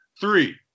Three